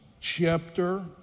chapter